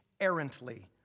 errantly